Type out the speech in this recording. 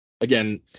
again